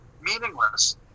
meaningless